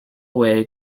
way